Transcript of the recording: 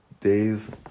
days